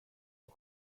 och